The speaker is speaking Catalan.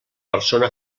persona